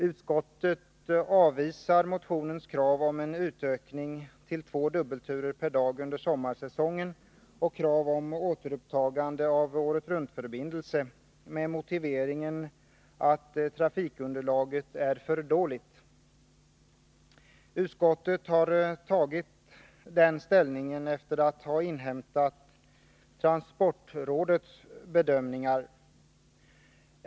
Utskottet avvisar motionens krav på en utökning till två dubbelturer per dag under sommarsäsongen och på återupptagande av året-runt-förbindelse med motiveringen att trafikunderlaget är för dåligt. Utskottet har tagit den ställningen efter att ha inhämtat transportrådets bedömningar.